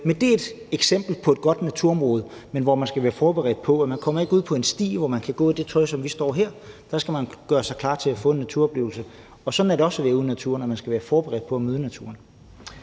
Det er et eksempel på et godt naturområde, men man skal være forberedt på, at man ikke kommer ud på en sti, hvor man kan gå i det tøj, vi står i her, for der skal man gøre sig klar til at få en naturoplevelse. Og sådan er det også at være ude i naturen – man skal være forberedt på at møde naturen.